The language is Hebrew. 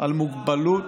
על מוגבלות